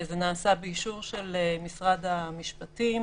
זה נעשה באישור של משרד המשפטים,